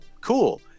cool